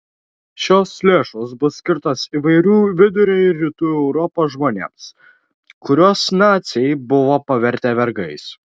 šios lėšos bus skirtos įvairių vidurio ir rytų europos žmonėms kuriuos naciai buvo pavertę vergais